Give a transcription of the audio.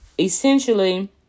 Essentially